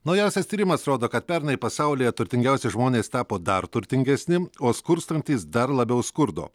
naujausias tyrimas rodo kad pernai pasaulyje turtingiausi žmonės tapo dar turtingesni o skurstantys dar labiau skurdo